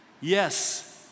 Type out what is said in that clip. Yes